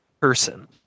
person